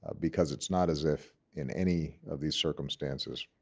because it's not as if in any of these circumstances,